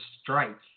strike